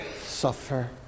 suffer